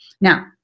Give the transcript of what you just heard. Now